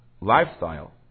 lifestyle